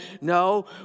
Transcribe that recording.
No